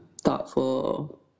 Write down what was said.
thoughtful